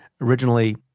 originally